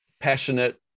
Passionate